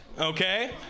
okay